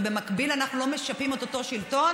ובמקביל אנחנו לא משפים את אותו שלטון,